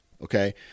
Okay